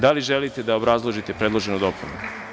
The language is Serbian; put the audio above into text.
Da li želite da obrazložite predloženu dopunu?